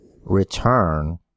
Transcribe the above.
return